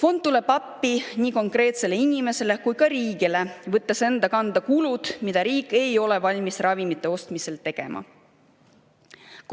Fond tuleb appi nii konkreetsele inimesele kui ka riigile, võttes enda kanda kulud, mida riik ei ole valmis ravimite ostmisel tegema.